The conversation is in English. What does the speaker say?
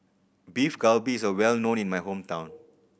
Beef Galbi is a well known in my hometown